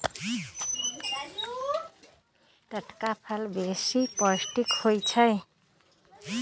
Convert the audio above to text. टटका फल बेशी पौष्टिक होइ छइ